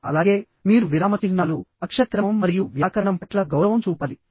అలాగే మీరు విరామ చిహ్నాలు అక్షరక్రమం మరియు వ్యాకరణం పట్ల గౌరవం చూపాలి